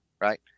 right